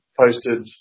posted